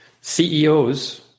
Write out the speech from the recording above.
CEOs